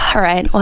ah alright, well,